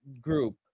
group